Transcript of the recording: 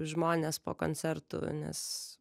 žmonės po koncertų nes